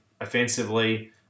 offensively